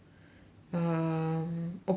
um 我不懂 eh